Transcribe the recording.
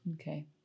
Okay